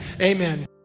Amen